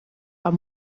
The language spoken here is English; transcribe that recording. are